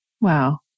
Wow